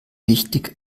wichtig